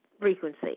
frequency